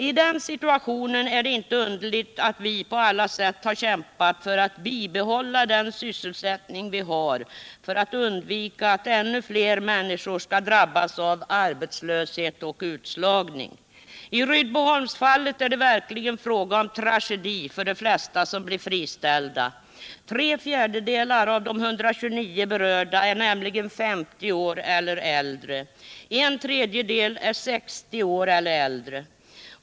I den situationen är det inte underligt att vi på alla sätt har kämpat för att bibehålla den sysselsättning vi har, för att undvika att ännu fler människor drabbas av arbetslöshet och utslagning. I Rydboholmsfallet är det verkligen fråga om tragedi för de flesta som blir friställda. Tre fjärdedelar av de 129 berörda är nämligen 50 år eller äldre. En tredjedel är 60 år eller äldre.